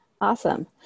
Awesome